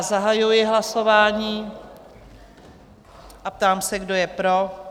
Zahajuji hlasování a ptám se, kdo je pro?